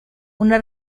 una